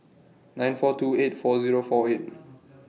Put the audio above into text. nine four two eight four Zero four eight